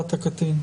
מהקטגור.